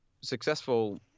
successful